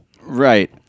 Right